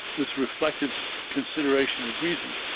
this reflective consideration of reasons,